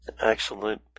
Excellent